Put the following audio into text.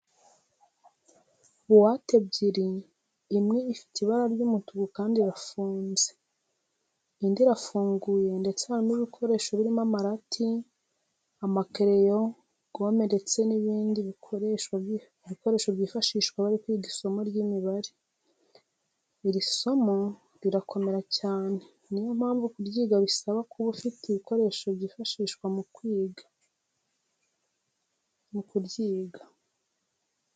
Buwate ebyiri, imwe ifite ibara ry'umutuku kandi irafunze, indi irafunguye ndetse harimo ibikoresho birimo amarati, amakereyo, gome ndetse n'ibindi bikoresho byifashishwa bari kwiga isomo ry'imibare. Iri somo rirakomera cyane, niyo mpavu kuryiga bisaba kuba ufite ibikoresho byifashishwa mu kuryiga.